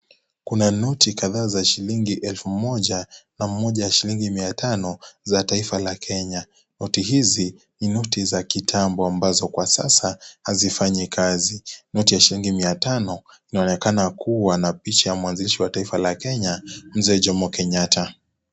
Kuna noti kadhaa za shilingi elfu moja pamoja na shilingi mia tano za taifa la Kenya, noti hizi ni noti za kitambo ambazo kwa sasa hazifanyi kazi, noti ya shilingi mia tao inaonekana kuwa na picha ya mwanzilishi wa taifa la Kenya, mzee Jomo Kenyatta.